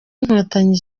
inkotanyi